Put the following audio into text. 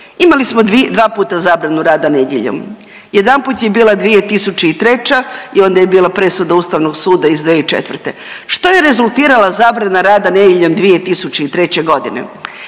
Imali smo dva puta zabranu rada nedjeljom. Jedanput je bila 2003. i onda je bila presuda Ustavnog suda iz 2004. Što je rezultirala zabrana rada nedjeljom 2003. godine?